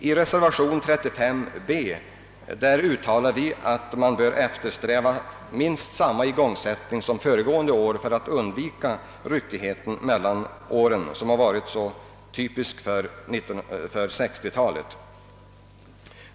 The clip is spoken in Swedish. I reservation 35 b uttalar vi att man bör eftersträva minst samma igångsättning som föregående år, detta för att undvika den ryckighet mellan åren som varit kännetecknande för 1960-talet.